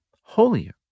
holier